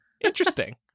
Interesting